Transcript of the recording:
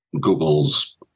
Google's